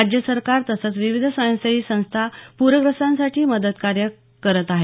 राज्य सरकार तसंच विविध स्वयंसेवी संस्था पूरग्रस्तांसाठी मदतकार्य करत आहेत